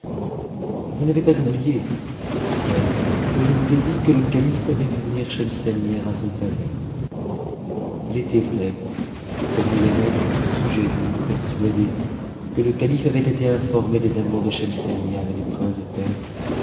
vous n'avez pas oublié lui dit-elle que je vous ai dit que le calife avait fait venir schemselnihar à son palais il était vrai comme nous avions tout sujet de nous le persuader que le calife avait été informé des amours de schemselnihar et du prince de perse